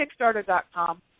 kickstarter.com